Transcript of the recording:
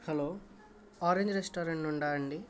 hello Orange Restaurant నుండా అండి